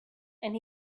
and